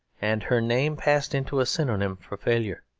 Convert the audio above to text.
and her name passed into a synonym for failure.